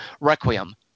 Requiem